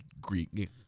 Greek